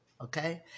okay